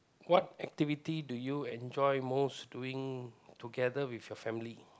what activity do you enjoy most doing together with your family